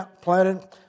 planted